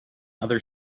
other